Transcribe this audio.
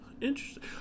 Interesting